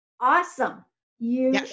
awesome—you